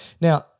Now